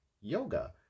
yoga